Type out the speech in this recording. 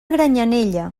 granyanella